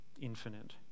infinite